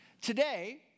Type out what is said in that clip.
Today